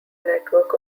network